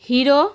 hero